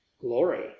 glory